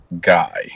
guy